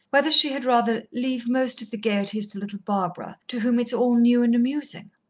whether she had rather leave most of the gaieties to little barbara, to whom it's all new and amusing.